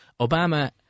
Obama